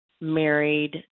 married